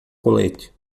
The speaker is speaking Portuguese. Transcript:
colete